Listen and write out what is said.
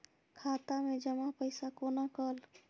खाता मैं जमा पैसा कोना कल